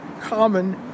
common